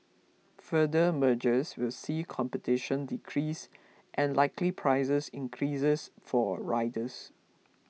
further mergers will see competition decrease and likely prices increases for riders